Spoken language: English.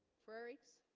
frerichs